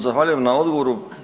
Zahvaljujem na odgovoru.